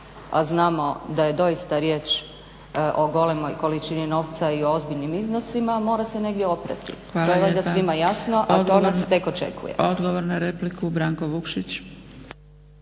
a znamo da je doista riječ o golemoj količini novca i o ozbiljnim iznosima mora se negdje oprati. To je valjda svima jasno, ali to nas tek očekuje.